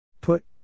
Put